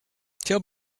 tell